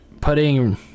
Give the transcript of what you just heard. putting